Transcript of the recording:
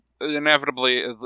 inevitably